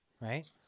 right